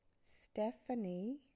Stephanie